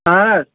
اَہَن حظ